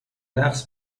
نقص